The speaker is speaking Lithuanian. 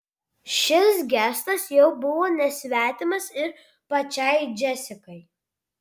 šis gestas jau buvo nesvetimas ir pačiai džesikai